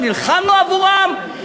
לא נלחמנו עבורן?